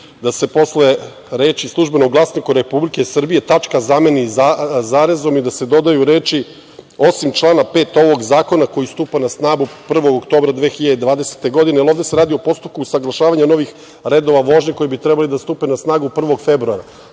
da se posle reči – u „Službenom glasniku“ Republike Srbije tačka zameni zarezom i da se dodaju reči – osim člana 5. ovog zakona koji stupa na snagu 1. oktobra 2020. godine. Ovde se radi o postupku usaglašavanja novih redova vožnje koji bi trebalo da stupe na snagu 1. februara.